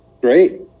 Great